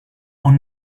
are